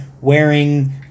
wearing